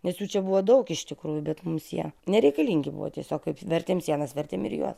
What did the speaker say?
nes jų čia buvo daug iš tikrųjų bet mums jie nereikalingi buvo tiesiog kaip vertėm sienas vertėm ir juos